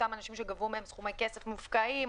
אותם אנשים שגבו מהם סכומי כסף מופקעים,